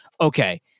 Okay